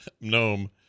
gnome